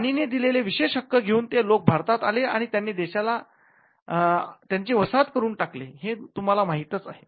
राणीने दिलेले विशेष हक्क घेऊन ते लोक भारतात आलेत आणि त्यांनी देशाला त्यांची वसाहत करून टाकले हे तुम्हाला माहीतच आहे